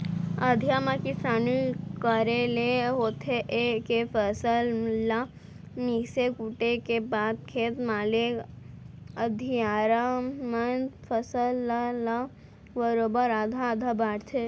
अधिया म किसानी करे ले होथे ए के फसल ल मिसे कूटे के बाद खेत मालिक अधियारा मन फसल ल ल बरोबर आधा आधा बांटथें